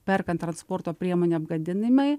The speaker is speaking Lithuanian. perkant transporto priemonę apgadinimai